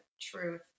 truth